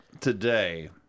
today